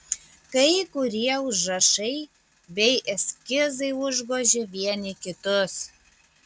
kai kurie užrašai bei eskizai užgožė vieni kitus